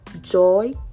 Joy